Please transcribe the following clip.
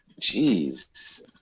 jeez